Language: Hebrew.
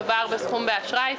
מדובר בסכום באשראי,